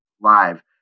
live